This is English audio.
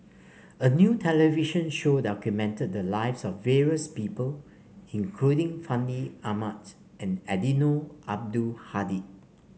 a new television show documented the lives of various people including Fandi Ahmad and Eddino Abdul Hadi